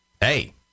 hey